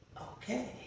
Okay